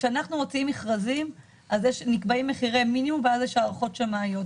כשאנחנו מוציאים מכרזים אז נקבעים מחירי מינימום ואז יש הערכות שמאיות,